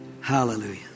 Hallelujah